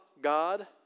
God